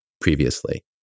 previously